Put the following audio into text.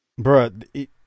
Bruh